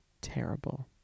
terrible